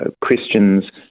Christians